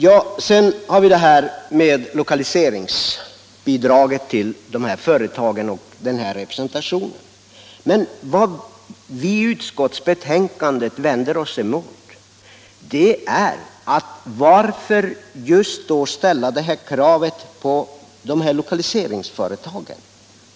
Ja, sedan har vi frågan om lokaliseringsstödet till företagen och styrelserepresentationen. Vad vi i utskottsbetänkandet vänder oss emot är att man ställer det här kravet på just lokaliseringsföretagen.